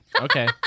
okay